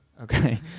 okay